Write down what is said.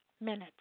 minutes